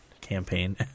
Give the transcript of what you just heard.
Campaign